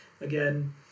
Again